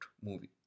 movie